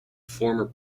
former